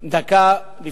זה